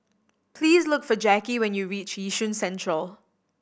please look for Jacky when you reach Yishun Central